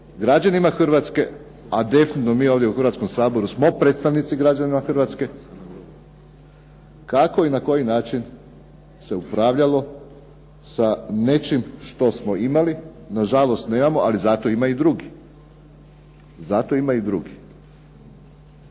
građanima Hrvatske a definitivno mi ovdje u Hrvatskom saboru smo predstavnici građana Hrvatske kako i na koji način se upravljalo sa nečim što smo imali, nažalost nemamo ali zato imaju drugi. U svakom